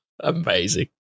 Amazing